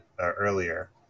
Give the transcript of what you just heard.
earlier